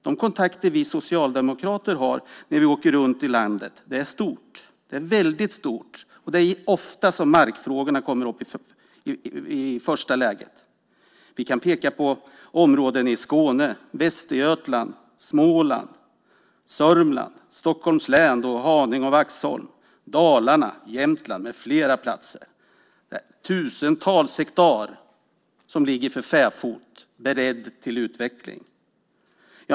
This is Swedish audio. Det kontaktnät vi socialdemokrater har runt om i landet är väldigt stort, och markfrågorna kommer ofta upp. Vi kan peka på områden i Skåne, Västergötland, Småland, Sörmland, Stockholms län med Haninge och Vaxholm, Dalarna, Jämtland med flera platser. Det är tusentals hektar som ligger för fäfot, beredd till utveckling.